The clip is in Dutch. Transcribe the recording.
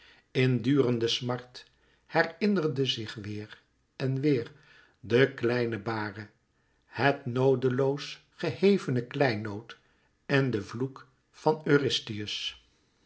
in durende smart herinnerde zich weêr en weêr de kleine bare het noodeloos gehevene kleinood en den vloek van